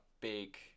big